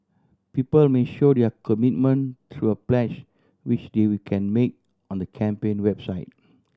people may show their commitment through a pledge which they we can make on the campaign website